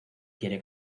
quiere